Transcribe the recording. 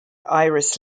iris